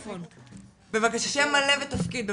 שם מלא ותפקיד.